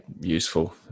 useful